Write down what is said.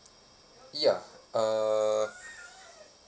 ya uh